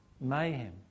mayhem